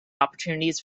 opportunities